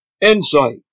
Insight